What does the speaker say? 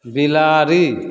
बिलाड़ि